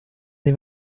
dei